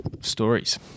stories